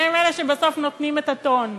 הם אלה שבסוף נותנים את הטון?